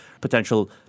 potential